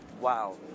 Wow